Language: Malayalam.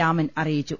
രാമൻ അറിയിച്ചു